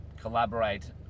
collaborate